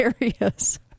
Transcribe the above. areas